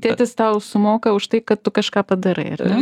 tėtis tau sumoka už tai kad tu kažką padaraiar ne